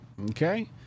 Okay